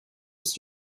ist